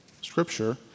Scripture